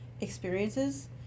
experiences